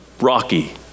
rocky